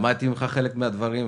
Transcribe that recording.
למדתי ממך חלק מהדברים,